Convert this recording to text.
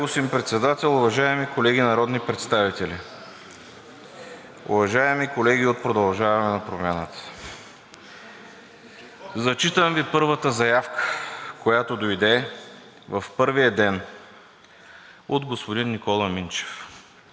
господин Председател. Уважаеми колеги народни представители! Уважаеми колеги от „Продължаваме Промяната“, зачитам Ви първата заявка, която дойде в първия ден от господин Никола Минчев.